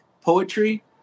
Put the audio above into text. poetry